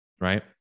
right